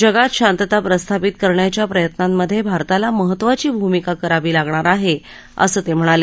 जगात शांतता प्रस्थापित करण्याच्या प्रयत्नांमधे भारताला महत्त्वाची भूमिका करावी लागणार आहे असं ते म्हणाले